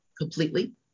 completely